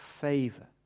favor